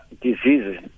diseases